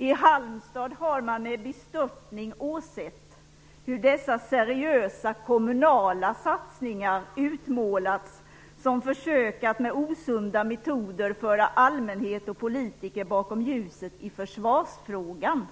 I Halmstad har man med bestörtning åsett hur dessa seriösa kommunala satsningar utmålats som försök att med osunda metoder föra allmänhet och politiker bakom ljuset i försvarsfrågan.